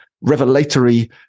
revelatory